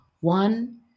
one